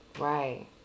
Right